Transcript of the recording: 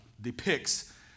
depicts